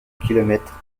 kilomètres